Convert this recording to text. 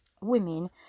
women